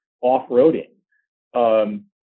off-roading